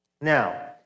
Now